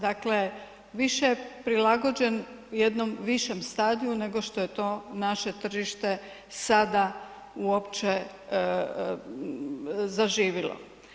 Dakle, više prilagođen jednom višem stadiju nego što je to naše tržište sada uopće zaživilo.